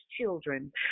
children